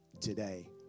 today